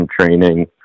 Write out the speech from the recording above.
training